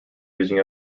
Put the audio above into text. using